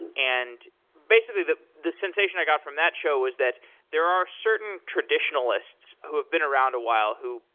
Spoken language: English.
and and basically, the the sensation i got from that show was that there are certain traditionalists who have been around a while who,